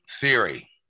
theory